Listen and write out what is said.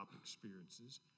experiences